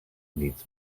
needs